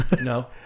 No